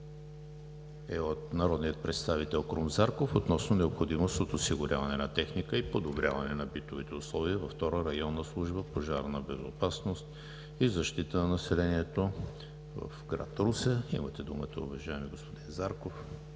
е от народния представител Крум Зарков относно необходимост от осигуряване на техника и подобряване на битовите условия във Втора районна служба „Пожарна безопасност и защита на населението“ в град Русе. Имате думата, уважаеми господин Зарков.